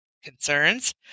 concerns